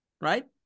Right